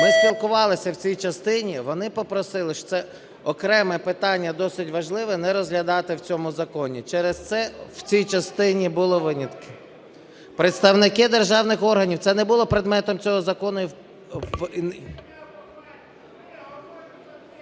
Ми спілкувалися в цій частині, вони попросили, щоб це окреме питання досить важливе не розглядати в цьому законі. Через це в цій частині були винятки. Представники державних органів. Це не було предметом цього закону…